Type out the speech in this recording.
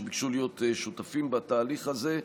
שביקשו להיות שותפים בתהליך הזה.